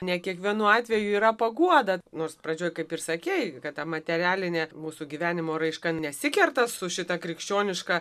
ne kiekvienu atveju yra paguoda nors pradžioj kaip ir sakei kad ta materialinė mūsų gyvenimo raiška nesikerta su šita krikščioniška